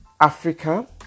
africa